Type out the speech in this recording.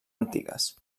antigues